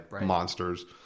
monsters